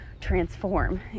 transform